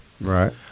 Right